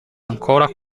ancora